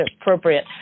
appropriate